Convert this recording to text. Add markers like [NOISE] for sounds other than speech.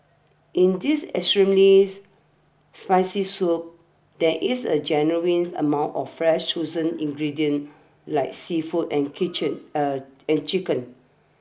in this extremely's spicy soup there is a genuine amount of fresh chosen ingredients like seafood and kitchen [HESITATION] and chicken